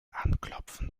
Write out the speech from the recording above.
anklopfen